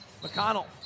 McConnell